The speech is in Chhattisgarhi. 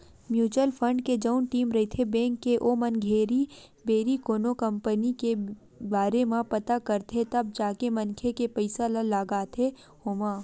म्युचुअल फंड के जउन टीम रहिथे बेंक के ओमन घेरी भेरी कोनो कंपनी के बारे म पता करथे तब जाके मनखे के पइसा ल लगाथे ओमा